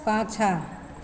पाछाँ